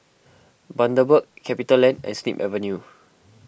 Bundaberg CapitaLand and Snip Avenue